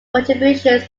contributions